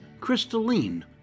Crystalline